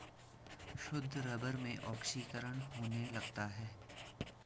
शुद्ध रबर में ऑक्सीकरण होने लगता है